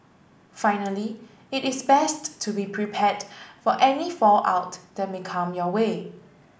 finally it is best to be prepared for any fallout that may come your way